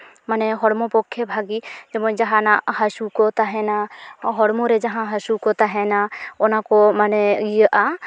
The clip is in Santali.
ᱢᱟᱱᱮ ᱦᱚᱲᱢᱚ ᱯᱚᱠᱠᱷᱮ ᱵᱷᱟᱹᱜᱤ ᱡᱮᱢᱚᱱ ᱡᱟᱦᱟᱱᱟᱜ ᱦᱟᱹᱥᱩ ᱠᱚ ᱛᱟᱦᱮᱱᱟ ᱦᱚᱲᱢᱚ ᱨᱮ ᱡᱟᱦᱟᱸ ᱦᱟᱹᱥᱩ ᱠᱚ ᱛᱟᱦᱮᱱᱟ ᱚᱱᱟ ᱠᱚ ᱢᱟᱱᱮ ᱤᱭᱟᱹᱜᱼᱟ